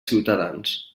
ciutadans